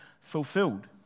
fulfilled